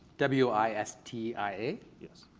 w i s t i yeah